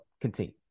continue